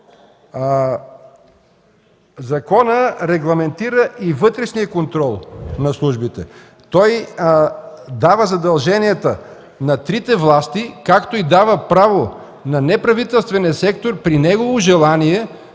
Законът регламентира и вътрешния контрол на службите. Той дава задълженията на трите власти, както и право на неправителствения сектор при негово желание да участва